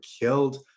killed